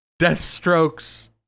Deathstroke's